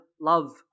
love